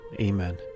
Amen